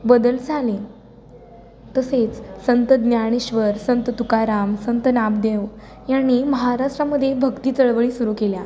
बदल झाले तसेच संत ज्ञानेश्वर संत तुकाराम संत नामदेव यांनी महाराष्ट्रामध्ये भक्ती चळवळी सुरू केल्या